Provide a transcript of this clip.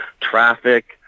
traffic